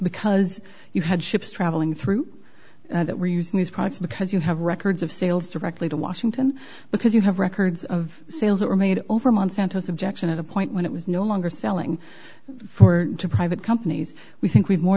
because you had ships traveling through that were using these products because you have records of sales directly to washington because you have records of sales that were made over monsanto's objection at a point when it was no longer selling for to private companies we think we've more